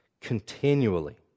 continually